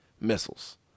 missiles